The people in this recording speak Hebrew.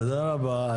תודה רבה.